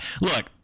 look